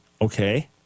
Okay